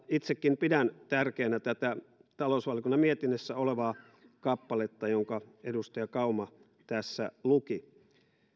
itsekin pidän tärkeänä tätä talousvaliokunnan mietinnössä olevaa kappaletta jonka edustaja kauma tässä luki